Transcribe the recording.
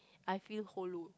I feel hollow